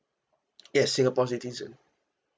yes singapore citizen